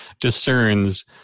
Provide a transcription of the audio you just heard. discerns